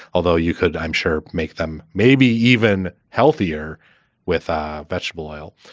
although you could, i'm sure, make them maybe even healthier with ah vegetable oil.